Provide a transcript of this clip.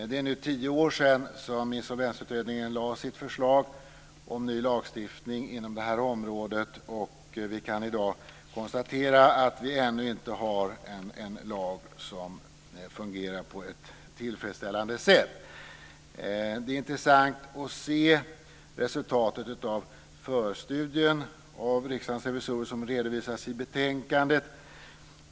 Det är nu tio år sedan Insolvensutredningen lade fram sitt förslag till lagstiftning inom det här området. Vi kan i dag konstatera att vi ännu inte har en lag som fungerar på ett tillfredsställande sätt. Det är intressant att se resultatet av Riksdagens revisorers förstudie, som redovisas i betänkandet.